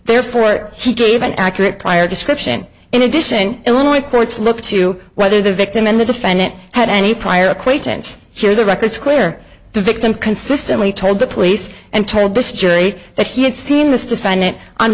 therefore he gave an accurate prior description in addition illinois courts look to whether the victim and the defendant had any prior acquaintance here the record is clear the victim consistently told the police and told this jury that he had seen this define it on